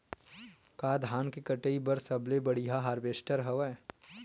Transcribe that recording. का धान के कटाई बर सबले बढ़िया हारवेस्टर हवय?